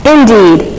Indeed